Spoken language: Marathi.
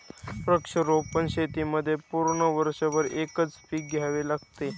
वृक्षारोपण शेतीमध्ये पूर्ण वर्षभर एकच पीक घ्यावे लागते